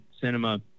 cinema